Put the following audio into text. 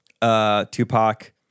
Tupac